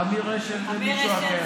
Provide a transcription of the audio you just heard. אמיר אשל זה מקצוע אחר.